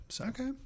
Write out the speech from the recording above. Okay